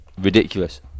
Ridiculous